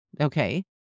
Okay